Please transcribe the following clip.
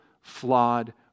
flawed